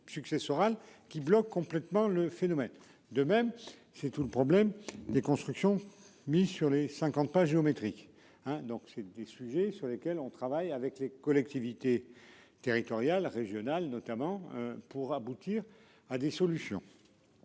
successoral qui bloque complètement le phénomène de même. C'est tout le problème des constructions mise sur les 50 pas géométriques hein donc c'est des sujets sur lesquels on travaille avec les collectivités territoriales régionales notamment, pour aboutir à des solutions.